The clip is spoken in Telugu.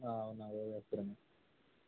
అవునాభ వత్రమ